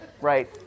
right